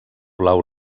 blau